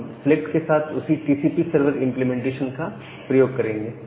हम इस सिलेक्ट के साथ उसी टीसीपी सर्वर इंप्लीमेंटेशन का प्रयोग करेंगे